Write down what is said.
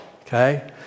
Okay